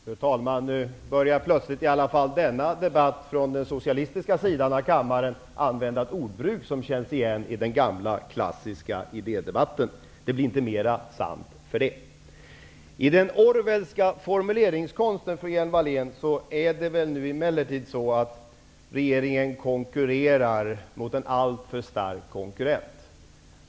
Fru talman! Nu börjar man från den socialistiska sidan plötsligt i alla fall i denna debatt använda ett ordbruk som känns igen från den gamla klassiska idédebatten. Det blir inte mera sant för det. Wallén, konkurrerar emellertid regeringen med en alltför stark konkurrent.